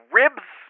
ribs